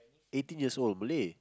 eighteen years old Malay